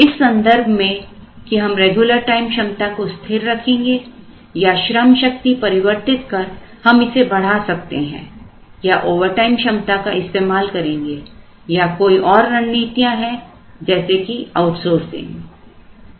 इस संदर्भ में कि हम रेगुलर टाइम क्षमता को स्थिर रखेंगे या श्रमशक्ति परिवर्तित कर हम इसे बढ़ा सकते हैं या ओवरटाइम क्षमता का इस्तेमाल करेंगे या कोई और रणनीतियां है जैसे की आउटसोर्सिंग